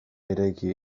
eraiki